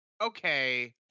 Okay